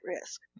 risk